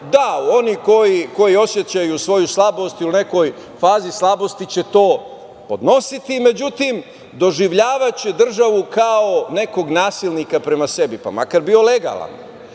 da, oni koji osećaju svoju slabost ili u nekoj fazi slabosti će to podnositi, međutim, doživljavaće državu kao nekog nasilnika prema sebi, pa makar bio legalan. Zato